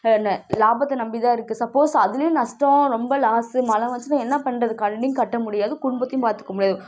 லாபத்தை நம்பிதான் இருக்குது சப்போஸ் அதிலையும் நஸ்டம் ரொம்ப லாஸ்ஸு மழை வந்துச்சின்னால் என்ன பண்ணுறது கடனையும் கட்ட முடியாது குடும்பத்தையும் பார்த்துக்க முடியாது